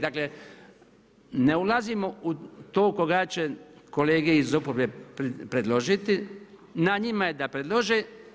Dakle, ne ulazimo u to koga će kolege iz oporbe predložiti, na njima je da prelože.